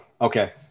okay